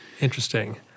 Interesting